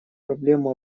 проблему